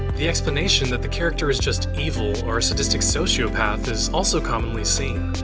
the explanation that the character is just evil or a sadistic sociopath is also commonly seen.